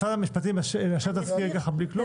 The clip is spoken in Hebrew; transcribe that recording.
משרד המשפטים מאשר תזכיר בלי כלום?